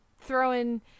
throwing